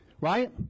right